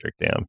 dam